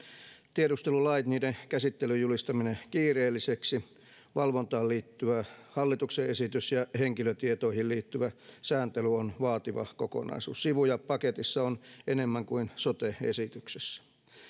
tiedustelulait niiden käsittelyn julistaminen kiireelliseksi valvontaan liittyvä hallituksen esitys ja henkilötietoihin liittyvä sääntely on vaativa kokonaisuus sivuja paketissa on enemmän kuin sote esityksessä